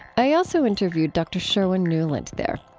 i also interviewed dr. sherwin nuland there.